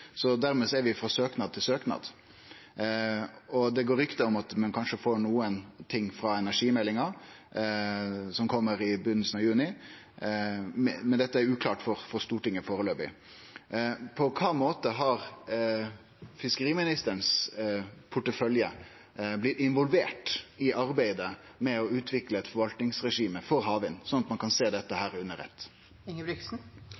er det frå søknad til søknad. Det går rykte om at ein kanskje får noko frå energimeldinga, som kjem i begynninga av juni, men dette er førebels uklart for Stortinget. På kva måte har porteføljen til fiskeriministeren blitt involvert i arbeidet med å utvikle eit forvaltningsregime for havvind, slik at ein kan sjå dette